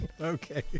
Okay